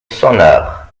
sonneurs